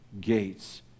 gates